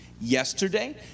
yesterday